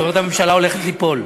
זאת אומרת שהממשלה הולכת ליפול.